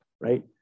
right